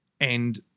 And-